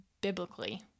biblically